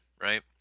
right